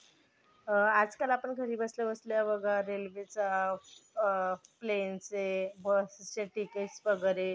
आजकाल आपण घरी बसल्याबसल्या बघा रेल्वेचा प्लेनचे बसचे तिकीट्स वगैरे